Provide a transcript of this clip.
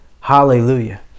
Hallelujah